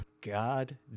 God